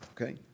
Okay